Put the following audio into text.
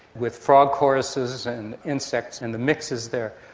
with frog choruses and insects and the mix is there.